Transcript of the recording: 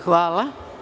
Hvala.